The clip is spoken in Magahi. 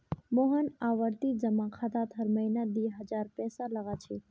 मोहन आवर्ती जमा खातात हर महीना दी हजार पैसा लगा छे